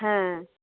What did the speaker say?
হ্যাঁ